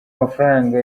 amafaranga